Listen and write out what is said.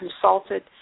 consulted